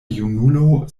junulo